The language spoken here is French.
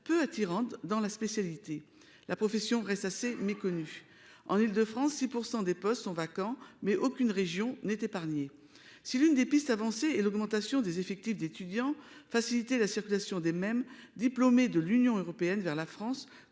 peu attirante dans la spécialité : la profession reste assez méconnue. En Île-de-France, 6 % des postes sont vacants, mais aucune région n'est épargnée. Si l'une des pistes avancées est l'augmentation des effectifs d'étudiants, faciliter la circulation des MEM diplômés de l'Union européenne vers la France